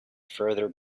further